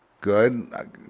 good